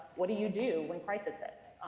what do you do when crisis hits?